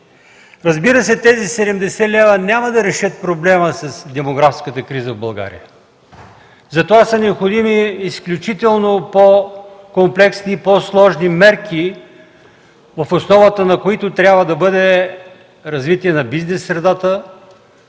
Разбира се, тези 70 лева няма да решат проблема с демографската криза в България. Затова са необходими изключително по-комплексни, по-сложни мерки, в основата на които трябва да бъде развитие на бизнес средата,